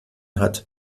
hat